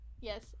Yes